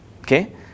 okay